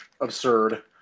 absurd